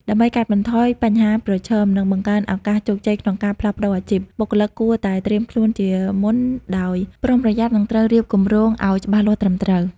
ដើម្បីកាត់បន្ថយបញ្ហាប្រឈម និងបង្កើនឱកាសជោគជ័យក្នុងការផ្លាស់ប្តូរអាជីព បុគ្គលគួរតែត្រៀមខ្លួនជាមុនដោយប្រុងប្រយ័ត្ន និងត្រូវរៀបគំរងឲ្យច្បាស់លាស់ត្រឹមត្រូវ។